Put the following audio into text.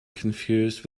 confused